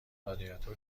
رادیاتور